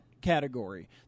category